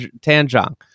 Tanjong